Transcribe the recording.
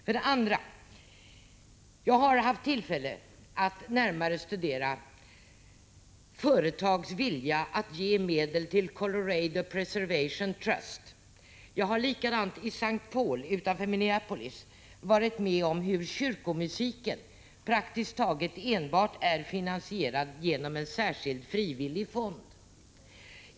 För det andra: Jag har haft tillfälle att närmare studera företags vilja att ge medel till Colorado Preservation Trust. Jag har på samma sätt i St. Paul utanför Minneapolis varit med om hur kyrkomusiken praktiskt taget enbart är finansierad genom enskilda frivilliga fonder.